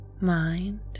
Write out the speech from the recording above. mind